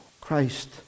Christ